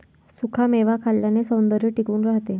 सुखा मेवा खाल्ल्याने सौंदर्य टिकून राहते